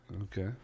Okay